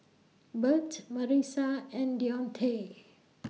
Bert Marisa and Dionte